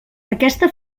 aquesta